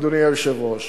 אדוני היושב-ראש,